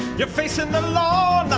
you're facing the law,